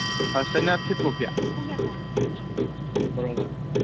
ꯐꯥꯔꯁꯇꯒꯤꯅ ꯐꯤꯐꯐꯥꯎꯀꯤ